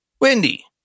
Wendy